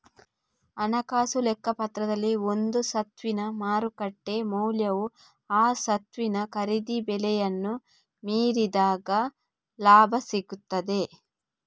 ಹಣಕಾಸು ಲೆಕ್ಕಪತ್ರದಲ್ಲಿ ಒಂದು ಸ್ವತ್ತಿನ ಮಾರುಕಟ್ಟೆ ಮೌಲ್ಯವು ಆ ಸ್ವತ್ತಿನ ಖರೀದಿ ಬೆಲೆಯನ್ನ ಮೀರಿದಾಗ ಲಾಭ ಸಿಗ್ತದೆ